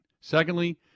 Secondly